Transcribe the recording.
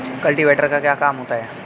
Cultivator का क्या काम होता है?